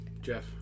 Jeff